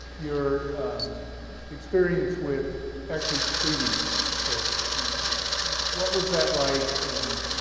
your experience with actually treating soldiers and what what was that like and